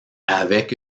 avec